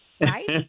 Right